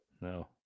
No